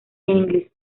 english